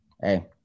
hey